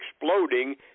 exploding